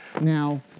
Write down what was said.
Now